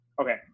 Okay